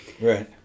Right